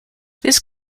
this